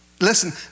listen